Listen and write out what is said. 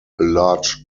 large